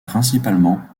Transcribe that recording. principalement